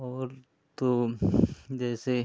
और तो जैसे